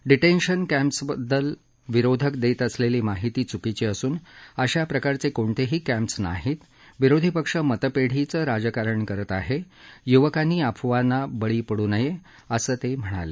detention कॅम्सबददल विरोधक देत असलेली माहिती च्कीची असून अशा प्रकारचे कोणतेही कॅम्स नाहीत विरोधी पक्ष मतपेढीचं राजकारण करत आहे युवकांनी अफवांना बळी पडू नये असं ते म्हणाले